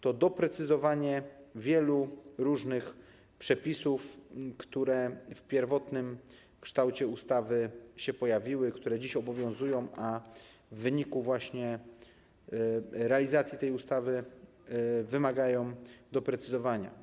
To doprecyzowanie wielu różnych przepisów, które w pierwotnym kształcie ustawy się pojawiły, które dziś obowiązują, a w wyniku właśnie realizacji tej ustawy wymagają doprecyzowania.